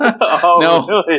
no